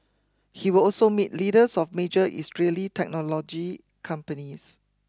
he will also meet leaders of major Israeli technology companies